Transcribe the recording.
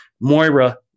Moira